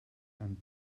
and